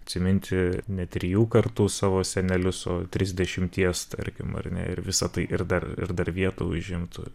atsiminti ne trijų kartų savo senelius o trisdešimties tarkim ar ne ir visa tai ir dar ir dar vietą užimtų